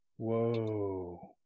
Whoa